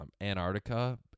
Antarctica